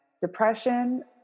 depression